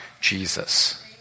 Jesus